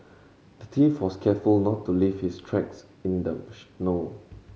the thief was careful not to leave his tracks in the snow